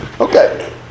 Okay